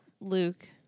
Luke